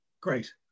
Great